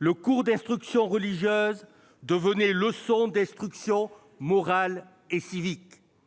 le cours d'instruction religieuse devint leçon d'instruction morale et civique.